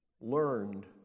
learned